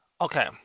Okay